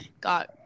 Got